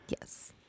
yes